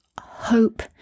hope